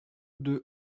deux